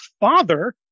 father